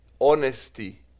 honesty